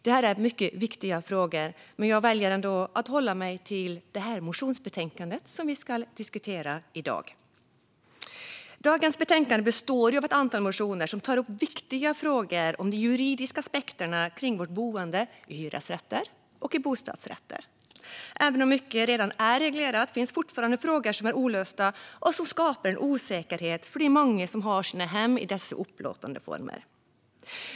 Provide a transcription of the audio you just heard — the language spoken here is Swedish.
Det här är mycket viktiga frågor, men jag väljer ändå att hålla mig till det motionsbetänkande som vi ska diskutera i dag. Dagens betänkande består av ett antal motioner som tar upp viktiga frågor om de juridiska aspekterna kring vårt boende i hyresrätter och bostadsrätter. Även om mycket redan är reglerat finns fortfarande frågor som är olösta och som skapar en osäkerhet för de många som har sina hem i dessa upplåtelseformer.